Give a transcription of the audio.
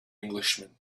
englishman